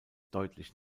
deutlich